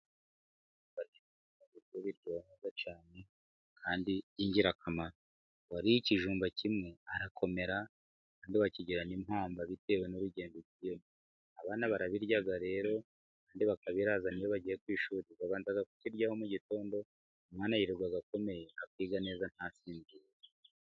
Ibijumba biraryoha cyane kandi ni ingirakamaro. Uwariye ikijumba kimwe arakomera, kandi bakigira n'mpamba bitewe n'urugendo. Abana barabirya rero kandi bakabiraza n'iyo bagiye kwishuri babanza kuryaho mu gitondo, umwana yirirwa akomeye akiga neza ntasinzire.